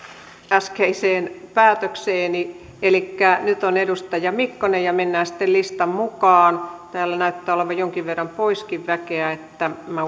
äskeiseen päätökseeni elikkä nyt on edustaja mikkonen ja mennään sitten listan mukaan täällä näyttää olevan jonkin verran poiskin väkeä niin että minä